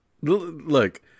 look